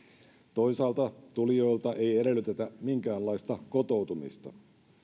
toisaalta tulijoilta ei edellytetä minkäänlaista kotoutumista